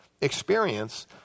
experience